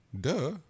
duh